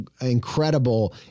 incredible